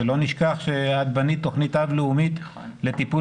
שלא נשכח שבנית תכנית אב לאומית לטיפול